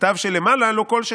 "כתב שלמעלה לא כל שכן"